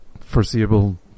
foreseeable